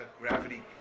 gravity